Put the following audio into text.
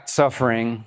suffering